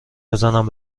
بزنم